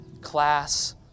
class